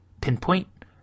pinpoint